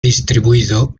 distribuido